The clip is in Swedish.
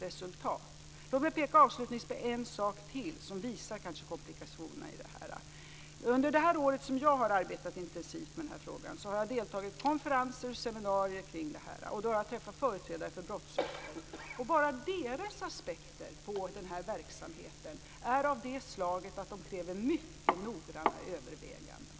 Avslutningsvis vill jag peka på ytterligare en sak, som kanske visar på komplikationerna i det här sammanhanget. Under det år då jag har arbetat intensivt med frågan har jag deltagit i konferenser och seminarier och träffat företrädare för brottsoffren. Bara deras aspekter på den här verksamheten är av det slaget att de kräver mycket noggranna överväganden.